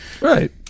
Right